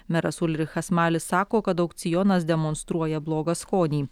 meras ulrichas malis sako kad aukcionas demonstruoja blogą skonį